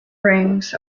rings